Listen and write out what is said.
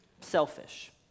selfish